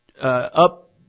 up